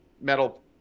metal